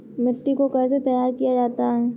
मिट्टी को कैसे तैयार किया जाता है?